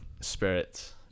spirit